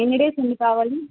ఎన్ని డేస్ అండీ కావాలి